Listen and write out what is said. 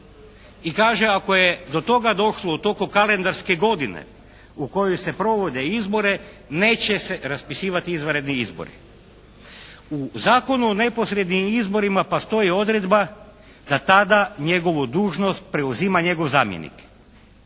i kaže ako je do toga došlo u toku kalendarske godine u kojoj se provode izbori neće se raspisivati izvanredni izbori. U Zakonu o neposrednim izborima postoji odredba da tada njegovu dužnost preuzima njegov zamjenik.